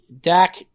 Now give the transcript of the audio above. Dak